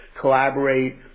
collaborate